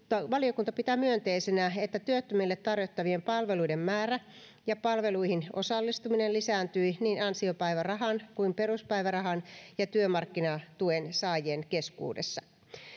valiokunta pitää myönteisenä että työttömille tarjottavien palveluiden määrä ja palveluihin osallistuminen lisääntyi niin ansiopäivärahan kuin peruspäivärahan ja työmarkkinatuen saajien keskuudessa